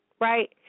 Right